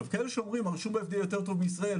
אלה שאומרים שהרישום ה- -- טוב יותר מישראל,